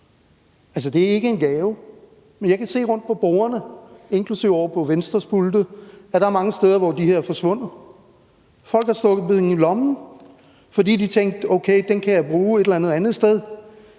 Det er ikke en gave. Men jeg kan se rundt på bordene, inklusive på Venstres pulte, at der er mange steder, hvor de her er forsvundet. Folk har stukket dem i lommen, fordi de tænkte, at dem kunne de bruge et eller andet andet